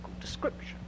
description